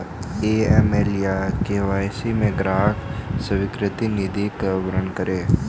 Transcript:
AML या KYC में ग्राहक स्वीकृति नीति का वर्णन करें?